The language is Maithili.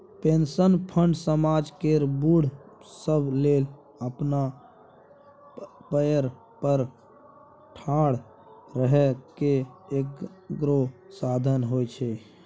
पेंशन फंड समाज केर बूढ़ सब लेल अपना पएर पर ठाढ़ रहइ केर एगो साधन होइ छै